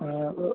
অঁ